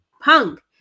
Punk